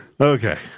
Okay